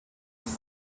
amb